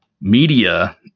media